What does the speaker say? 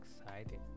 excited